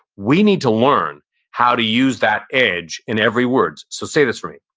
we need to learn how to use that edge in every word. so, say this for me,